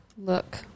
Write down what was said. Look